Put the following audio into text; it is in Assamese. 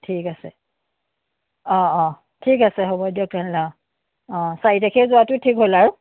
ঠিক আছে অঁ অঁ ঠিক আছে হ'ব দিয়ক তেনেহ'লে অঁ অঁ চাৰি তাৰিখে যোৱাটোৱেই ঠিক হ'ল আৰু